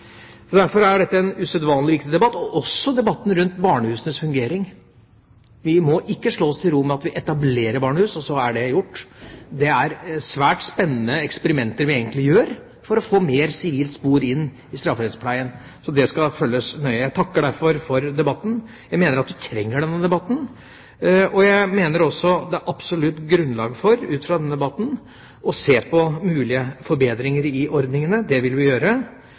så er det gjort. Det er egentlig svært spennende eksperimenter vi gjør for å få mer sivilt spor inn i strafferettspleien, så det skal følges nøye. Jeg takker derfor for debatten. Jeg mener at vi trenger denne debatten, og jeg mener også det ut fra denne debatten er absolutt grunnlag for å se på mulige forbedringer i ordningene. Det vil vi gjøre.